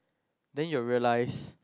then you will realise